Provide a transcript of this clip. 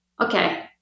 Okay